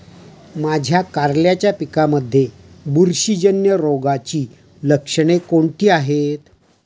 माझ्या कारल्याच्या पिकामध्ये बुरशीजन्य रोगाची लक्षणे कोणती आहेत?